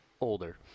Older